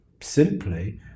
simply